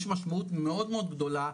יש משמעות מאוד מאוד גדולה,